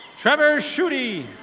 trevor shooty.